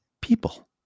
people